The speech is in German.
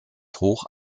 hoch